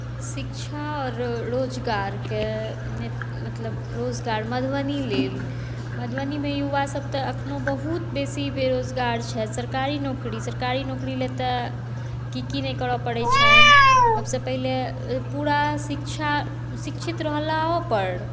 शिक्षा आओर रो रोजगारके मतलब रोजगार मधुबनी लेल मधुबनीमे युवा सभ तऽ एखनहु बहुत बेसी बेरोजगार छथि सरकारी नौकरी सरकारी नौकरी लए तऽ की की नहि करय पड़ैत छनि सभसँ पहिने पूरा शिक्षा शिक्षित रहलाओपर